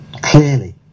clearly